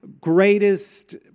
greatest